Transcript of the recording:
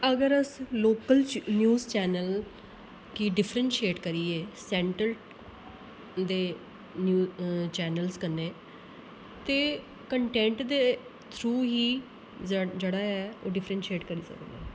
अगर अस local news channel की डिफ्रेंटशिएट करियै सैंटर दे न्यू चैनल्स कन्नै ते कंटैंट दे थ्रू ही जे जेह्ड़ा ऐ ओह् डिफरेंटशिएट करी सकदे